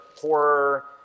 horror